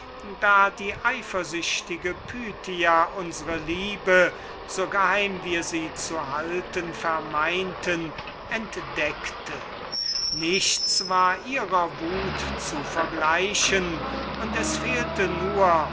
da die eifersüchtige pythia unsre liebe so geheim wir sie zu halten vermeinten entdeckte nichts war ihrer wut zu vergleichen und es fehlte nur